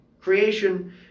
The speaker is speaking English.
Creation